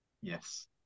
Yes